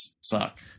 suck